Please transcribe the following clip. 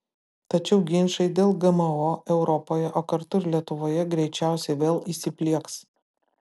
tačiau ginčai dėl gmo europoje o kartu ir lietuvoje greičiausiai vėl įsiplieks